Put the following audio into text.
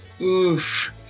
Oof